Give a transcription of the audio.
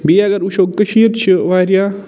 بیٚییہِ اگر وٕچھَو کٔشیٖر چھِ واریاہ